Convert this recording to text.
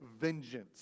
vengeance